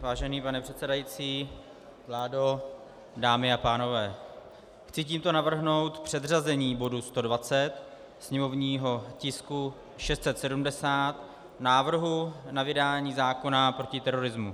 Vážený pane předsedající, vládo, dámy a pánové, chci tímto navrhnout předřazení bodu 120, sněmovního tisku 670, návrhu na vydání zákona proti terorismu.